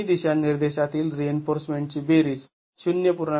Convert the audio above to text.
दोन्ही दिशांनिर्देशातील रिइन्फोर्समेंटची बेरीज ०